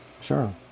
Sure